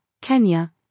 Kenya